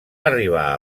arribà